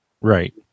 Right